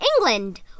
england